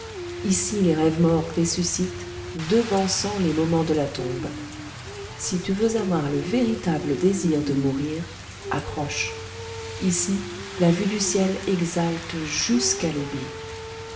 ici les rêves morts ressuscitent devançant les moments de la tombe si tu veux avoir le véritable désir de mourir approche ici la vue du ciel exalte jusqu'à l'oubli